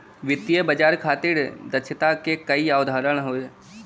वित्तीय बाजार खातिर दक्षता क कई अवधारणा हौ